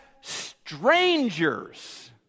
strangers